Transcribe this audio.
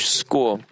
school